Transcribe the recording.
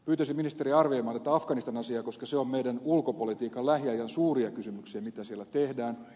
pyytäisin ministeriä arvioimaan tätä afganistanin asiaa koska se on meidän ulkopolitiikan lähiajan suuria kysymyksiä mitä siellä tehdään